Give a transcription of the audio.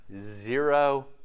zero